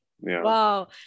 Wow